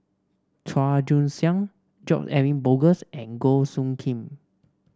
Chua Joon Siang George Edwin Bogaars and Goh Soo Khim